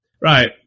Right